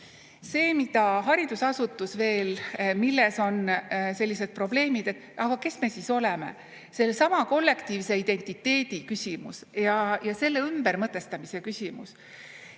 See, milles haridusasutuses on veel probleemid: aga kes me siis oleme. Sellesama kollektiivse identiteedi küsimus ja selle ümbermõtestamise küsimus.